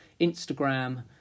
Instagram